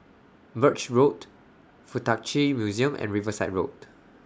Birch Road Fuk Tak Chi Museum and Riverside Road